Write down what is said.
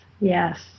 Yes